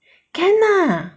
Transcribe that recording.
can lah